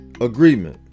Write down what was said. agreement